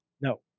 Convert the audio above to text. No